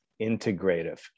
integrative